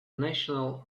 national